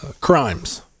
crimes